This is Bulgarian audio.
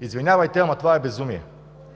Извинявайте, но това е безумие!